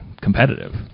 competitive